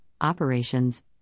operations